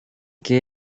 que